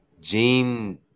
Gene